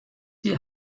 die